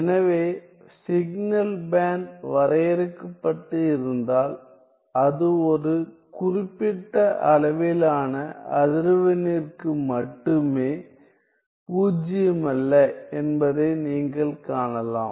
எனவே சிக்னல்பேண்ட் வரையறுக்கப்பட்டு இருந்தால் அது ஒரு குறிப்பிட்ட அளவிலான அதிர்வெண்ணிற்கு மட்டுமே பூஜ்ஜியமல்ல என்பதை நீங்கள் காணலாம்